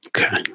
Okay